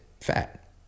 fat